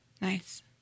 Nice